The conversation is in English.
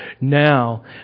now